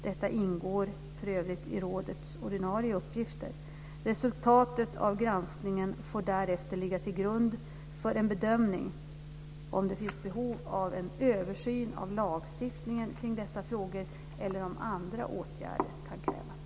Detta ingår för övrigt i rådets ordinarie uppgifter . Resultatet av granskningen får därefter ligga till grund för en bedömning om det finns behov av en översyn av lagstiftningen kring dessa frågor eller om andra åtgärder kan krävas.